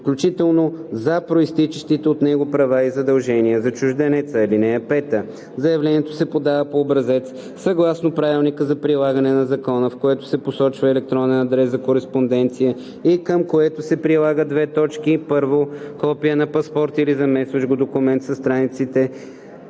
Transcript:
включително за произтичащите от него права и задължения за чужденеца. (5) Заявлението се подава по образец съгласно правилника за прилагане на закона, в което се посочва електронен адрес за кореспонденция и към което се прилага: 1. копие на паспорт или заместващ го документ със страниците